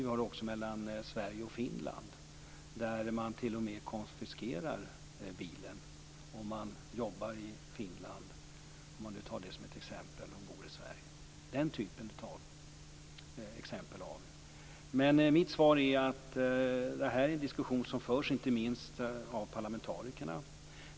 Det gäller också mellan Sverige och Finland, där bilen t.o.m. konfiskeras om man jobbar i Finland och bor i Sverige. Den typen av exempel har vi. Mitt svar är att detta är en diskussion som förs inte minst av parlamentarikerna.